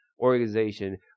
organization